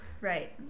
right